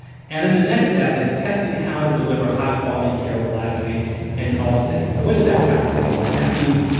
and then the next step is testing how to deliver high-quality care reliably and in all settings. so what does that practically mean? that means,